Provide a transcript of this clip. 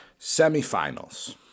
Semifinals